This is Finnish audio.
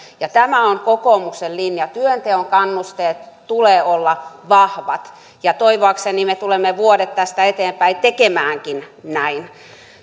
tämä on kokoomuksen linja työnteon kannusteiden tulee olla vahvat ja toivoakseni me tulemme vuodet tästä eteenpäin tekemäänkin näin